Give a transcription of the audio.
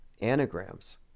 anagrams